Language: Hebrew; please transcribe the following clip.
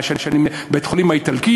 מה, בית-החולים האיטלקי?